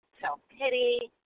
self-pity